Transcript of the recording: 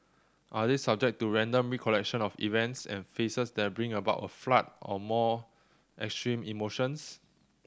are they subject to random recollection of events and faces that bring about a flood of more extreme emotions